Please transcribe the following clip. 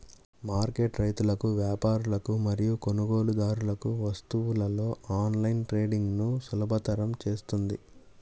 market రైతులకు, వ్యాపారులకు మరియు కొనుగోలుదారులకు వస్తువులలో ఆన్లైన్ ట్రేడింగ్ను సులభతరం చేస్తుంది